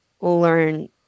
learn